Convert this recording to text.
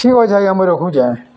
ଠିକ୍ ଅଛି ଆଜ୍ଞା ମୁଇଁ ରଖୁଛେଁ